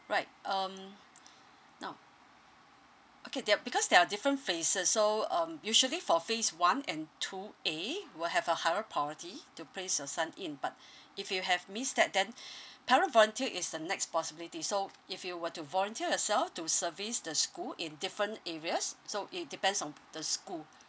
right um now okay there are because there are different phases so um usually for phase one and two A will have a higher priority to place your son in but if you have missed that then parent volunteer is the next possibility so if you were to volunteer yourself to service the school in different areas so it depends on the school